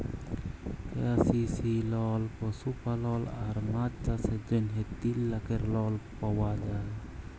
KCC লল পশুপালল আর মাছ চাষের জ্যনহে তিল লাখের লল পাউয়া যায়